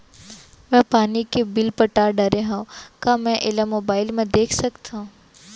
मैं पानी के बिल पटा डारे हव का मैं एला मोबाइल म देख सकथव?